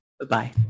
Bye-bye